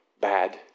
bad